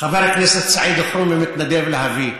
חבר הכנסת סעיד אלחרומי מתנדב להביא.